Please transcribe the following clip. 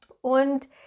Und